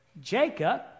Jacob